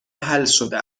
حلشده